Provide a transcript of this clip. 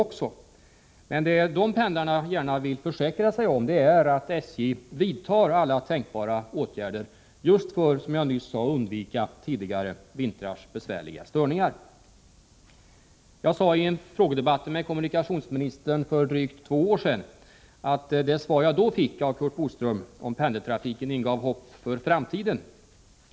Vad pendlarna gärna vill försäkra sig om är att SJ vidtar alla tänkbara åtgärder för att undvika tidigare vintrars besvärliga störningar. Jag sade i en frågedebatt med kommunikationsministern för drygt två år sedan att det svar om pendeltrafiken som jag då fick av Curt Boström ingav hopp inför framtiden.